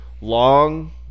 Long